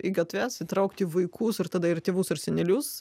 į gatves įtraukti vaikus ir tada ir tėvus ir senelius